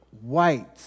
white